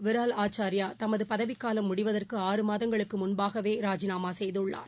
விரால் ஆச்சார்யாதமதுபதவிக்காலம் முடிவதற்கு ஆறு மாதங்களுக்குமுன்பாகவேராஜினாமாசெய்துள்ளார்